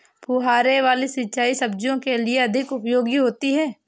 फुहारे वाली सिंचाई सब्जियों के लिए अधिक उपयोगी होती है?